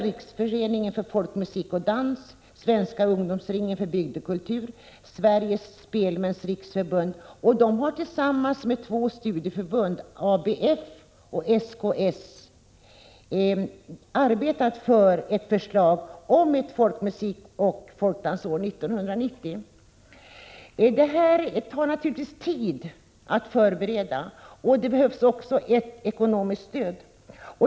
Riksföreningen för folkmusik och dans, Svenska ungdomsringen för bygdekultur och Sveriges spelmäns riksförbund har tillsammans med två studieförbund, ABF och SKS, arbetat för ett förslag om ett folkmusikoch folkdansår 1990. Det tar naturligtvis tid att förbereda detta, och det behövs också ett ekonomiskt stöd.